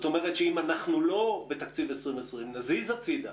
אם אנחנו לא בתקציב 2020, נזיז הצדה